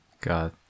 God